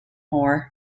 moore